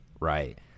right